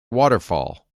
waterfall